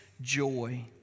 joy